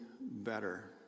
better